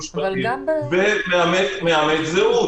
הטכני וגם במישור המהותי שעליו אנחנו מדברים.